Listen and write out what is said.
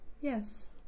Yes